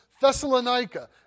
Thessalonica